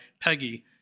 Peggy